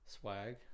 swag